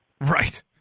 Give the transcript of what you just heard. Right